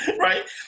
right